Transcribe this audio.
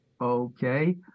okay